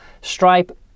Stripe